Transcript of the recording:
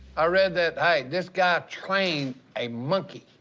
i read that, hey, this guy trained a monkey.